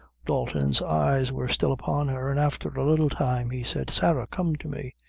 dalton's eyes were still upon her, and after a little time, he said sarah, come to me.